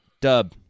Dub